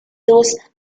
those